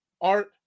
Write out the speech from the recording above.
Art